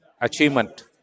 Achievement